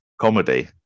comedy